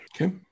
okay